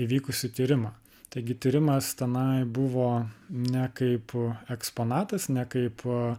įvykusį tyrimą taigi tyrimas tenai buvo ne kaip eksponatas ne kaip